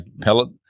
pellet